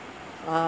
a'ah